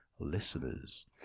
listeners